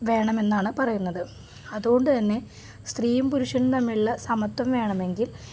വേണമെന്നാണ് പറയുന്നത് അതുകൊണ്ട് തന്നെ സ്ത്രീയും പുരുഷനും തമ്മിലുള്ള സമത്വം വേണമെങ്കിൽ